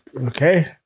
Okay